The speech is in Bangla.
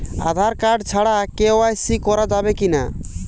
আঁধার কার্ড ছাড়া কে.ওয়াই.সি করা যাবে কি না?